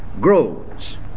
grows